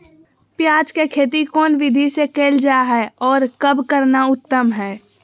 प्याज के खेती कौन विधि से कैल जा है, और कब करना उत्तम है?